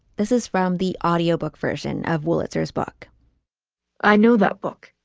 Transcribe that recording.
this is from the audio book version of wolitzer his book i know that book.